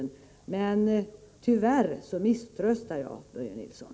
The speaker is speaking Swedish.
Men tyvärr misströstar jag, Börje Nilsson.